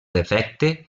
defecte